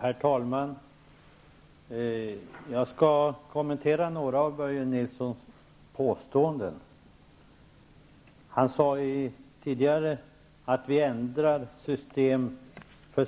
Herr talman! Jag skall kommentera några av Börje Nilssons påståenden. Han sade tidigare att vi ändrar system för